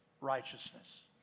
righteousness